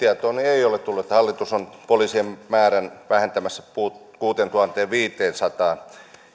ei ole tullut että hallitus on poliisien määrän vähentämässä kuuteentuhanteenviiteensataan